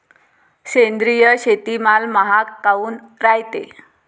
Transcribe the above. सेंद्रिय शेतीमाल महाग काऊन रायते?